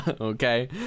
Okay